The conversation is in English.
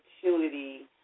opportunity